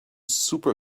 super